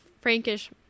Frankish